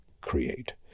create